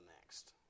next